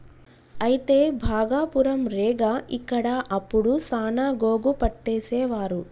అయితే భాగపురం రేగ ఇక్కడ అప్పుడు సాన గోగు పట్టేసేవారు